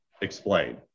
explain